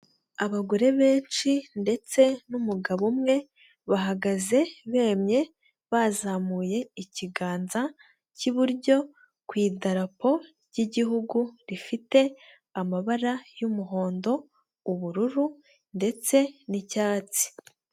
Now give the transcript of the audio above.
Abagore benshi ndetse n'umugabo umwe bahagaze bemye bazamuye ikiganza cy'iburyo ku idarapo ry'igihugu rifite amabara y'umuhondo, ubururu ndetse n'icyatsi.